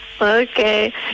Okay